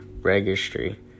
Registry